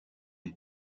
les